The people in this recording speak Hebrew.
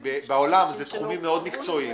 בעולם זה תחומים מאוד מקצועיים,